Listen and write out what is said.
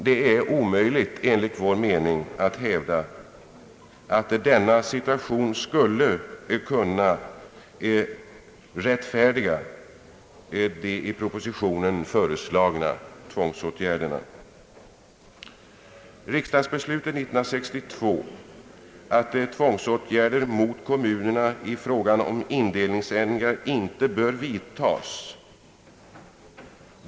Det är omöjligt att hävda att denna situation skulle kunna rättfärdiga de i propositionen föreslagna tvångsåtgärderna. Riksdagsbeslutet år 1962 innebär att tvångsåtgärder mot kommunerna i fråga om indelningsändringar inte bör vidtas.